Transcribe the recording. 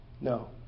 No